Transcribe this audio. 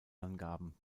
angaben